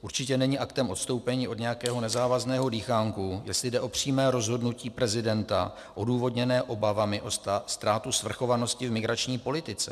Určitě není aktem odstoupení od nějakého nezávazného dýchánku, jestli jde o přímé rozhodnutí prezidenta odůvodněné obavami o ztrátu svrchovanosti v migrační politice.